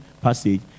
passage